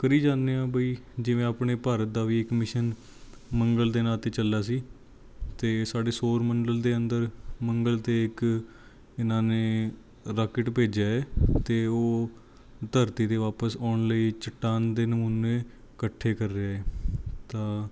ਕਰੀ ਜਾਂਦੇ ਹਾਂ ਬਈ ਜਿਵੇਂ ਆਪਣੇ ਭਾਰਤ ਦਾ ਵੀ ਇੱਕ ਮਿਸ਼ਨ ਮੰਗਲ ਦੇ ਨਾਂ 'ਤੇ ਚੱਲਿਆ ਸੀ ਅਤੇ ਸਾਡੇ ਸੋਰ ਮੰਡਲ ਦੇ ਅੰਦਰ ਮੰਗਲ 'ਤੇ ਇੱਕ ਇਨ੍ਹਾਂ ਨੇ ਰਾਕਿਟ ਭੇਜਿਆ ਹੈ ਅਤੇ ਉਹ ਧਰਤੀ 'ਤੇ ਵਾਪਸ ਆਉਣ ਲਈ ਚਟਾਨ ਦੇ ਨਮੂਨੇ ਇਕੱਠੇ ਕਰ ਰਹੇ ਹੈ ਤਾਂ